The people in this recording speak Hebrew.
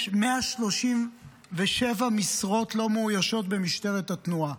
יש 137 משרות לא מאוישות במשטרת התנועה.